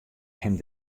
him